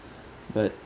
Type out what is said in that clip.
but